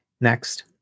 Next